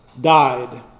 died